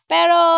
Pero